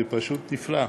זה פשוט נפלא.